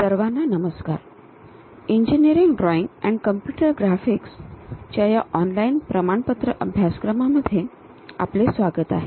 सर्वांना नमस्कार engineering drawing and computer graphics च्या या ऑनलाईन प्रमाणपत्र अभ्यासक्रमामध्ये आपले स्वागत आहे